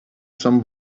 some